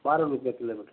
बारह रुपया किलोमीटर